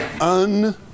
Un